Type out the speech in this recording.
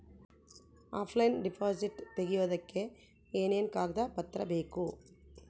Offline deposit ತೆಗಿಯೋದಕ್ಕೆ ಏನೇನು ಕಾಗದ ಪತ್ರ ಬೇಕು?